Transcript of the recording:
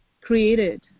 created